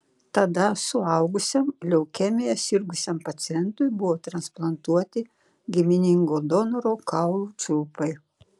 tada suaugusiam leukemija sirgusiam pacientui buvo transplantuoti giminingo donoro kaulų čiulpai